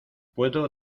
puedo